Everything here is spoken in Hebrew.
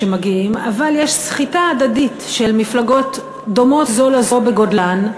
אבל יש סחיטה הדדית של מפלגות דומות זו לזו בגודלן,